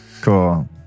Cool